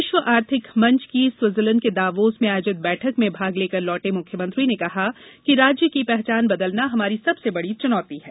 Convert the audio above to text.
विश्व आर्थिक मंच की स्विटजरलैण्ड के दावोस में आयोजित बैठक में भाग लेकर लौटे मुख्यमंत्री ने कहा कि राज्य की पहचान बदलना हमारी सबसे बड़ी चुनौती है